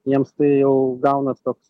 jiems tai jau gaunas toks